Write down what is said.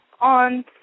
on